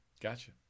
Gotcha